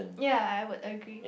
ya I would agree